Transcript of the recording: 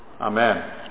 Amen